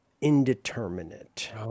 indeterminate